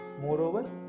Moreover